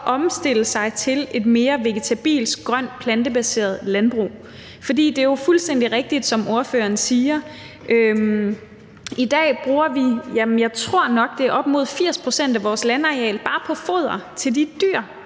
omstille sig til et mere vegetabilsk, grønt, plantebaseret landbrug. For det, ordføreren siger, er fuldstændig rigtigt. I dag bruger vi, jeg tror nok, at det er op mod 80 pct. af vores landareal bare på foder til de dyr,